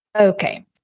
okay